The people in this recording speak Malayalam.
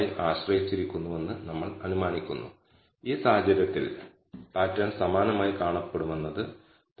അതിനാൽ നമ്മൾ പരീക്ഷിക്കാൻ ആഗ്രഹിക്കുന്നത് β1 0 ആണ് കൂടാതെ β1 0 അല്ല എന്ന ബദൽ ആണ്